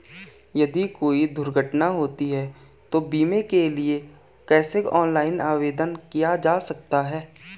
यदि कोई दुर्घटना होती है तो बीमे के लिए कैसे ऑनलाइन आवेदन किया जा सकता है?